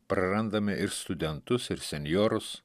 prarandame ir studentus ir senjorus